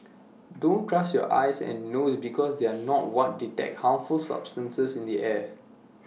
don't trust your eyes and nose because they are not what detect harmful substances in the air